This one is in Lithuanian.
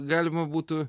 galima būtų